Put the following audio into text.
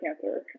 cancer